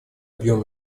объем